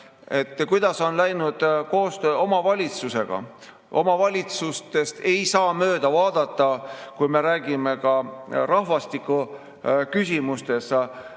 kuidas on läinud koostöö omavalitsustega. Omavalitsustest ei saa mööda vaadata, kui me räägime rahvastikuküsimustest.